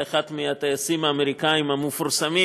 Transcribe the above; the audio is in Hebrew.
הוא היה אחד מהטייסים האמריקנים המפורסמים